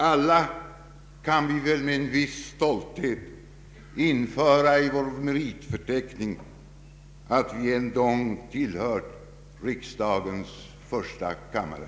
Alla kan vi väl med en viss stolihet införa i meritförteckningen att vi en gång tillhört riksdagens första kammare.